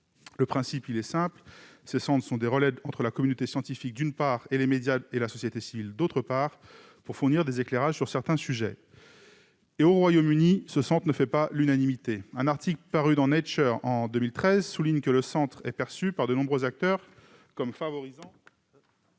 Le principe est simple : ces centres sont des relais entre la communauté scientifique, d'une part, et les médias et la société civile, d'autre part, pour fournir des éclairages sur certains sujets. Au Royaume-Uni, ce centre ne fait pas l'unanimité. Un article paru dans en 2013 souligne que de nombreux acteurs considèrent